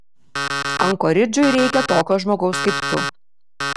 ankoridžui reikia tokio žmogaus kaip tu